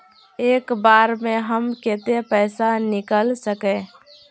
एक बार में हम केते पैसा निकल सके?